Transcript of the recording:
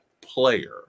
Player